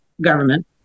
government